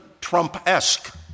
Trump-esque